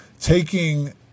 taking